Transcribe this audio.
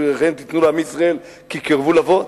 ופרייכם תיתנו לעמי ישראל כי קרבו לבוא.